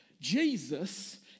Jesus